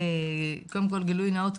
קודם כל גילוי נאות,